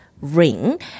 ring